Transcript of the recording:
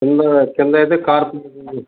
కింద కిందైతే car parking